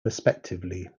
respectively